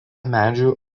medžių